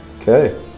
Okay